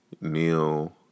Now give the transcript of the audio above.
Neil